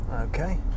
okay